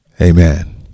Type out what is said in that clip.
Amen